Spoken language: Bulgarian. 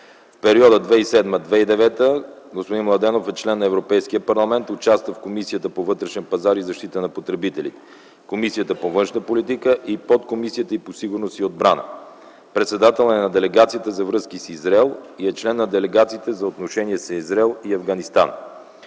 В периода 2007-2009 г. господин Младенов е член на Европейския парламент, участник в Комисията по вътрешен пазар и защита на потребителите, Комисията по външна политика и подкомисията й по сигурност и отбрана. Председател е на делегацията за връзки с Израел и е член на делегациите за отношение с Израел и Афганистан.